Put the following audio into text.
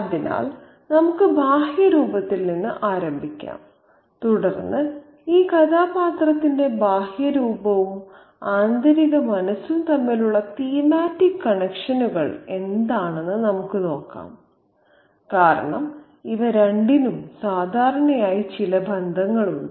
അതിനാൽ നമുക്ക് ബാഹ്യ രൂപത്തിൽ നിന്ന് ആരംഭിക്കാം തുടർന്ന് ഈ കഥാപാത്രത്തിന്റെ ബാഹ്യ രൂപവും ആന്തരിക മനസ്സും തമ്മിലുള്ള തീമാറ്റിക് കണക്ഷനുകൾ എന്താണെന്ന് നമുക്ക് നോക്കാം കാരണം ഇവ രണ്ടിനും സാധാരണയായി ചില ബന്ധങ്ങളുണ്ട്